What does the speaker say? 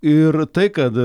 ir tai kad